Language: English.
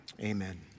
Amen